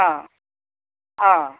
অঁ অঁ